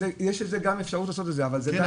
יש אפשרות לעשות את זה, אבל זה עדיין לא חיוב.